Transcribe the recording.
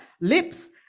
lips